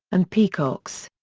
and peacocks.